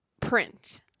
print